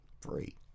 free